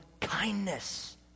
kindness